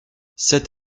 sept